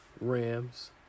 Rams